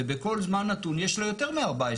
ובכל זמן נתון יש לה יותר מ-14,100.